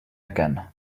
again